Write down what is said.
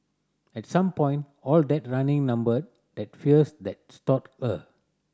at some point all that running numbed that fears that stalked her